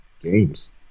games